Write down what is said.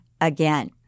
again